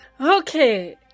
Okay